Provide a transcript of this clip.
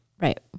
Right